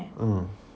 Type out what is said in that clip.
mm